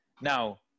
Now